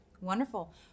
wonderful